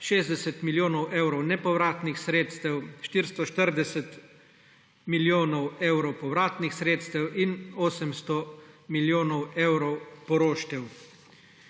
60 milijonov evrov nepovratnih sredstev, 440 milijonov evrov povratnih sredstev in 800 milijonov evrov poroštev.